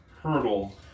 hurdle